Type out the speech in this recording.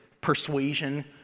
persuasion